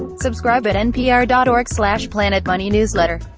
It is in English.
and subscribe at npr dot org slash planetmoneynewsletter.